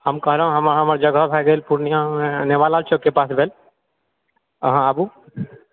हम कहलहुँ हमर जगह भऽ गेल पूर्णियामे नेवाला चौकके पास भेल अहाँ आबू